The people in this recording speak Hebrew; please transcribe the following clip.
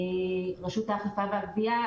מרשות האכיפה והגבייה.